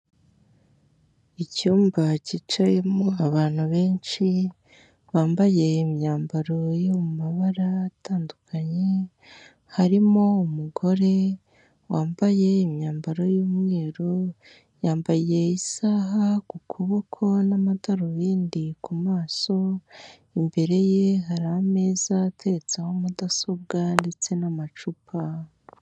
Icyumba cyicayemo abantu benshi, bambaye imyambaro yo mu mabara atandukanye, harimo umugore wambaye imyambaro y'umweru, yambaye isaha ku kuboko, n'amadarubindi ku maso, imbere ye hari ameza atetseho mudasobwa, ndetse n'amacupa.